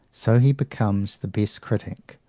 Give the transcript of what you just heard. so he becomes the best critic,